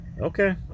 okay